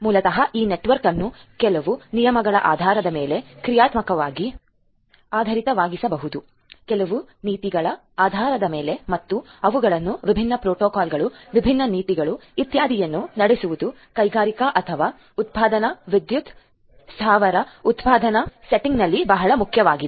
ಮೂಲತಃ ಈ ನೆಟ್ವರ್ಕ್ ಅನ್ನು ಕೆಲವು ನಿಯಮಗಳ ಆಧಾರದ ಮೇಲೆ ಕ್ರಿಯಾತ್ಮಕವಾಗಿ ಆಧಾರಿತವಾಗಿಸುವುದು ಕೆಲವು ನೀತಿಗಳ ಆಧಾರದ ಮೇಲೆ ಮತ್ತು ಅವುಗಳನ್ನು ವಿಭಿನ್ನ ಪ್ರೋಟೋಕಾಲ್ಗಳು ವಿಭಿನ್ನ ನೀತಿಗಳು ಇತ್ಯಾದಿಗಳನ್ನು ನಡೆಸುವುದು ಕೈಗಾರಿಕಾ ಅಥವಾ ಉತ್ಪಾದನಾ ವಿದ್ಯುತ್ ಸ್ಥಾವರ ಉತ್ಪಾದನಾ ಸೆಟ್ಟಿಂಗ್ನಲ್ಲಿ ಬಹಳ ಮುಖ್ಯವಾಗಿದೆ